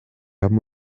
haben